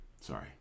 sorry